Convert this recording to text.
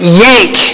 yank